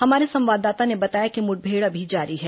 हमारे संवाददाता ने बताया कि मुठभेड़ अभी जारी है